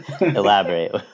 elaborate